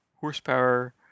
Horsepower